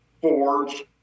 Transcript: forge